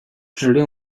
指令